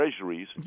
treasuries